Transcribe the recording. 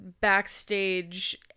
backstage